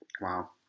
Wow